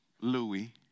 Louis